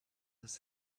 his